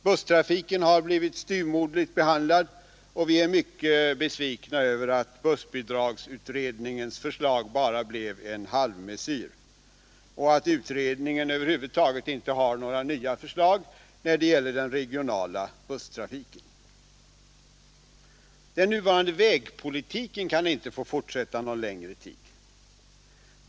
Busstrafiken har blivit styvmoderligt behandlad, och vi är mycket besvikna över att bussbidragsutredningens förslag bara blev en halvmesyr och att utredningen över huvud taget inte har några nya förslag när det gäller den regionala busstrafiken. Den nuvarande vägpolitiken kan inte få fortsätta någon längre tid.